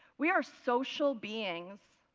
we are social beings.